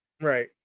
Right